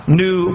new